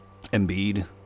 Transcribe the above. Embiid